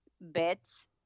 beds